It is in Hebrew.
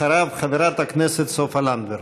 אחריו, חברת הכנסת סופה לנדבר.